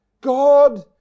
God